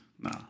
No